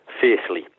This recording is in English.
fiercely